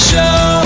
Show